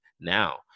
Now